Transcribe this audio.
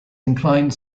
inclined